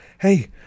hey